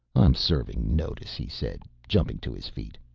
i'm serving notice, he said, jumping to his feet.